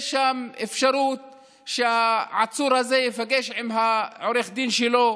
יש שם אפשרות שהעצור הזה ייפגש עם העורך דין שלו,